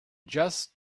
just